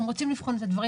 הם רוצים לבחון את הדברים